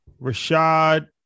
Rashad